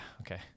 Okay